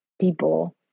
people